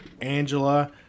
Angela